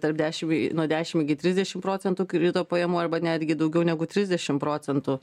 tarp dešimt nuo dešimt iki trisdešimt procentų krito pajamų arba netgi daugiau negu trisdešimt procentų